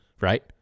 right